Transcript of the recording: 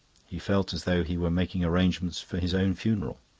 he felt as though he were making arrangements for his own funeral.